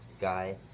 guy